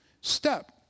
step